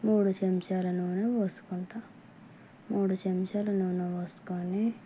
మూడు చెంచాల నూనె పోసుకుంటాను మూడు చెంచాల నూనె పోసుకుని